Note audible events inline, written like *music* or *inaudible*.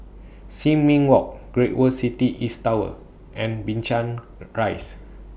Sin Ming Walk Great World City East Tower and Binchang *noise* Rise